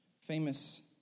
famous